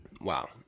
Wow